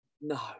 No